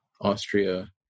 Austria